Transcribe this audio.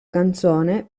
canzone